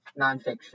nonfiction